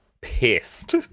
pissed